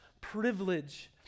privilege